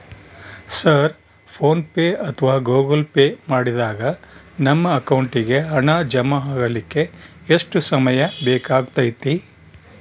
Sir PhonePe ಅಥವಾ Google pay ಮಾಡಿದಾಗ ನಮ್ಮ ಅಕೌಂಟಿಗೆ ಹಣ ಜಮಾ ಆಗಲಿಕ್ಕೆ ಎಷ್ಟು ಸಮಯ ಬೇಕಾಗತೈತಿ?